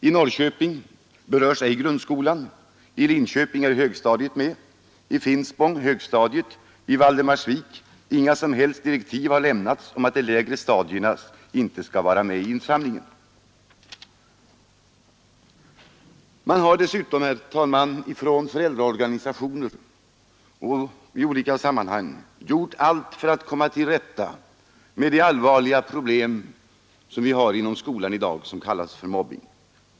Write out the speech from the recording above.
I Norrköping berörs ej grundskolan, i Linköping är högstadiet med, i Finspång högstadiet, i Valdemarsvik har inga som helst direktiv lämnats om att de lägre stadierna inte skall vara med i insamlingen. Man har, herr talman, från föräldraorganisationer och i olika sammanhang gjort allt för att komma till rätta med det allvarliga problem som vi har inom skolan i dag och som kallas mobbing.